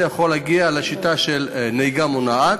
יכול להגיע לשיטה של נהיגה מונעת,